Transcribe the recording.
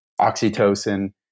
oxytocin